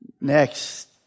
Next